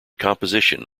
composition